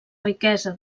riquesa